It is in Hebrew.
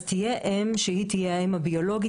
אז תהיה אם שהיא תהיה האם הביולוגית,